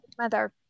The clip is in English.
mother